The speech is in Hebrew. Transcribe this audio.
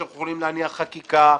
שאנחנו יכולים להניע חקיקה,